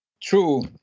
true